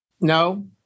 No